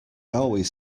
always